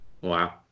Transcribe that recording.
Wow